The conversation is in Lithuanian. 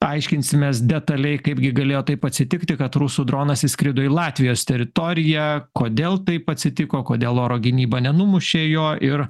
aiškinsimės detaliai kaipgi galėjo taip atsitikti kad rusų dronas įskrido į latvijos teritoriją kodėl taip atsitiko kodėl oro gynyba nenumušė jo ir